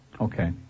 Okay